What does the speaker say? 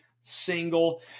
single